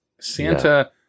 santa